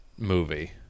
movie